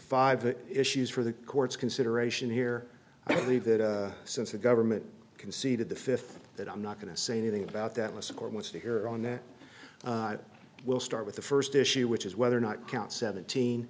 five issues for the court's consideration here i believe that since the government conceded the fifth that i'm not going to say anything about that list of court wants to hear on there we'll start with the first issue which is whether or not count seventeen